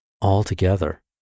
altogether